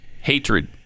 Hatred